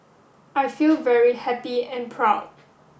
I feel very happy and proud